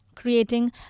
creating